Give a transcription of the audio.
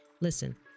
Listen